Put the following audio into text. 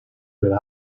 will